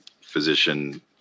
physician